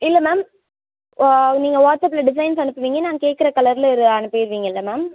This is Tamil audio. இல்லை மேம் ஓ நீங்கள் வாட்ஸ்அப்ல டிசைன்ஸ் அனுப்புவீங்கள் நான் கேட்குற கலர்ல இது அனுப்பிடுவீங்கள்ல மேம்